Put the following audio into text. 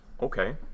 okay